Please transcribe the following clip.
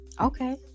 Okay